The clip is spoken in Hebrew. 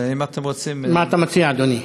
מה אתה מציע, אדוני?